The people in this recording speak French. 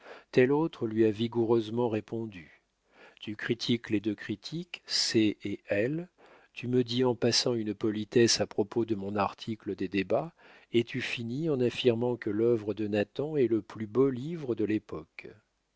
tel autre lui a vigoureusement répondu tu critiques les deux critiques c et l tu me dis en passant une politesse à propos de mon article des débats et tu finis en affirmant que l'œuvre de nathan est le plus beau livre de l'époque